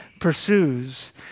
pursues